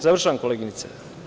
Završavam, koleginice.